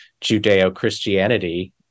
Judeo-Christianity